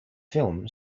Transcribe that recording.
film